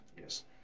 Yes